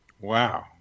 Wow